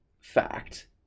fact